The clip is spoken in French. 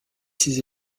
ses